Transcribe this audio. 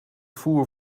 voer